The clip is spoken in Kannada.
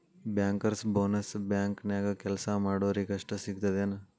ಬ್ಯಾಂಕರ್ಸ್ ಬೊನಸ್ ಬ್ಯಾಂಕ್ನ್ಯಾಗ್ ಕೆಲ್ಸಾ ಮಾಡೊರಿಗಷ್ಟ ಸಿಗ್ತದೇನ್?